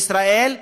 מישראל,